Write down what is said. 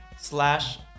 Slash